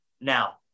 now